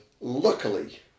luckily